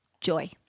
joy